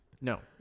No